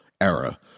era